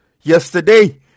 Yesterday